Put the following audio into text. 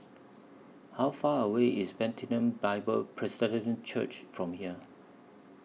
How Far away IS Bethlehem Bible Presbyterian Church from here